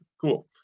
cool